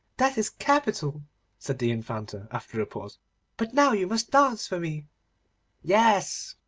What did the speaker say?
that is capital said the infanta, after a pause but now you must dance for me yes,